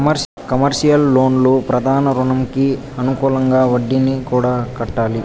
commercial లోన్లు ప్రధాన రుణంకి అనుకూలంగా వడ్డీని కూడా కట్టాలి